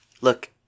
Look